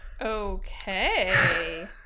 Okay